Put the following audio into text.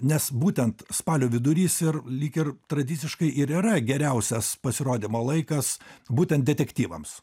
nes būtent spalio vidurys ir lyg ir tradiciškai ir yra geriausias pasirodymo laikas būtent detektyvams